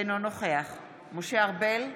אינו נוכח משה ארבל,